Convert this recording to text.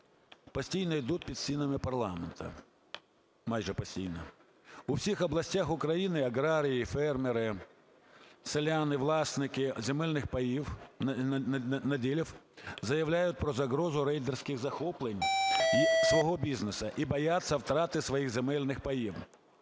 постійно йдуть під стінами парламенту, майже постійно. У всіх областях України аграрії, фермери, селяни, власники земельних паїв… наділів, заявляють про загрозу рейдерських захоплень і свого бізнесу і бояться втрати своїх земельних паїв.